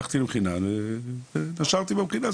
הלכתי למכינה ונשרתי במכינה,